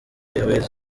airways